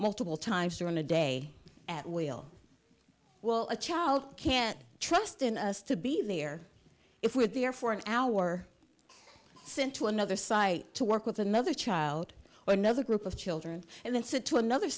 multiple times during the day at will well a child can trust in us to be there if we're there for an hour sent to another site to work with another child or another group of children and then say to another